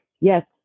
yes